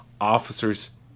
officers